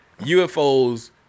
UFOs